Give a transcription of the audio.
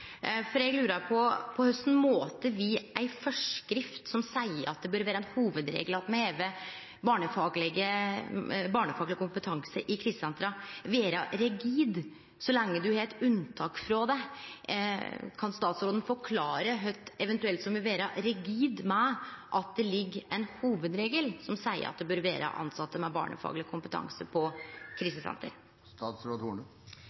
for eg lurer på korleis ei forskrift som seier at det bør vere ein hovudregel at me har barnefagleg kompetanse i krisesentera, kan vere rigid så lenge ein har eit unntak frå det. Kan statsråden forklare kva som eventuelt vil vere rigid med at det er ein hovudregel som seier at det bør vere tilsette med barnefagleg kompetanse på